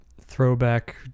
throwback